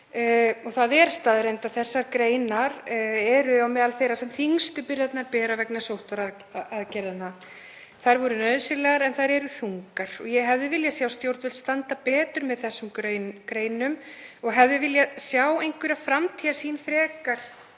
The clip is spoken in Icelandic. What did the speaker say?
Það er staðreynd að þessar greinar eru meðal þeirra sem þyngstu byrðarnar bera vegna sóttvarnaaðgerða. Þær voru nauðsynlegar en þær eru þungar. Ég hefði viljað að stjórnvöld stæðu betur með þessum greinum og hefði viljað sjá einhverja framtíðarsýn og að